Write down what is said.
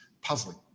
puzzling